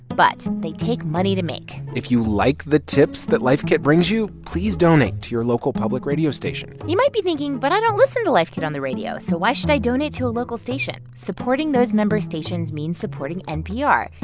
but they take money to make if you like the tips that life kit brings you, please donate to your local public radio station you might be thinking, but i don't listen to life kit on the radio, so why should i donate to a local station? supporting those member stations means supporting npr.